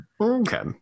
Okay